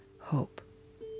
hope